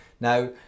now